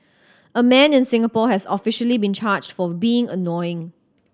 a man in Singapore has officially been charged for being annoying